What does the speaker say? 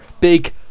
Big